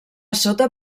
sota